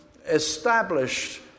established